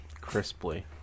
Crisply